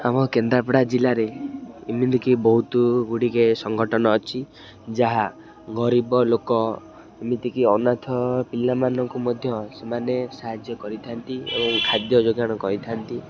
ଆମ କେନ୍ଦ୍ରାପଡ଼ା ଜିଲ୍ଲାରେ ଏମିତିକି ବହୁତ ଗୁଡ଼ିଏ ସଂଗଠନ ଅଛି ଯାହା ଗରିବ ଲୋକ ଏମିତିକି ଅନାଥ ପିଲାମାନଙ୍କୁ ମଧ୍ୟ ସେମାନେ ସାହାଯ୍ୟ କରିଥାନ୍ତି ଏ ଖାଦ୍ୟ ଯୋଗାଣ କରିଥାନ୍ତି